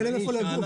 אין להם איפה לגור.